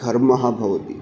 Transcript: घर्मः भवति